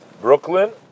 Brooklyn